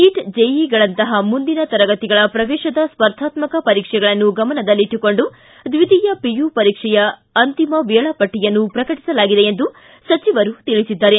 neat ಜೆಇಇಗಳಂತಹ ಮುಂದಿನ ತರಗತಿಗಳ ಪ್ರವೇಶದ ಸ್ಪರ್ಧಾತ್ಮಕ ಪರೀಕ್ಷೆಗಳನ್ನು ಗಮನದಲ್ಲಿಟ್ಟುಕೊಂಡು ದ್ವೀತಿಯ ಪಿಯು ಪರೀಕ್ಷೆಯ ಅಂತಿಮ ವೇಳಾಪಟ್ಟಿಯನ್ನು ಪ್ರಕಟಿಸಲಾಗಿದೆ ಎಂದು ತಿಳಿಸಿದ್ದಾರೆ